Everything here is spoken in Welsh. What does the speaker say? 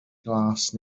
glas